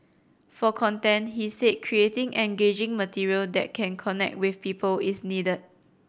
for content he said creating engaging material that can connect with people is needed